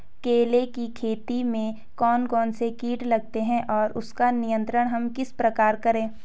केले की खेती में कौन कौन से कीट लगते हैं और उसका नियंत्रण हम किस प्रकार करें?